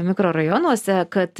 mikrorajonuose kad